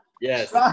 yes